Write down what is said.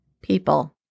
people